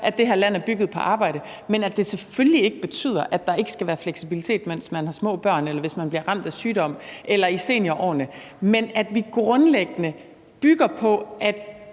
at det her land er bygget på arbejde, men at det selvfølgelig ikke betyder, at der ikke skal være fleksibilitet, mens man har små børn, hvis man bliver ramt af sygdom, eller når man er i seniorårene, men at vi grundlæggende bygger på, at